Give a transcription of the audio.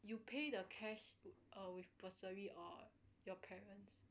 you pay the cash uh with bursary or your parents